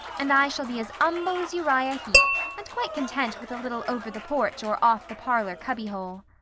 and i shall be as umble as uriah heep, and quite content with a little over-the-porch or off-the-parlor cubby hole.